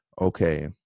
okay